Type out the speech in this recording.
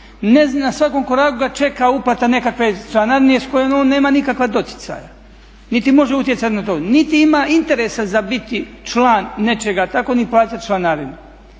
na svakom koraku ga čeka uplata nekakve članarine s kojom on nema nikakva doticaja niti može utjecati na to, niti ima interesa za biti član nečega, tako niti plaćati članarinu.